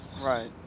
Right